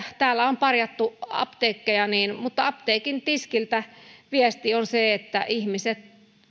täällä on parjattu apteekkeja mutta apteekin tiskiltä viesti on se että ihmiset